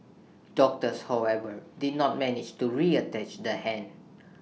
doctors however did not manage to reattach the hand